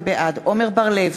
בעד עמר בר-לב,